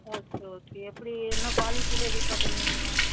okay okay எப்படி என்ன குவாலிட்டியில் எதிர்பாக்குறீங்க நீங்கள்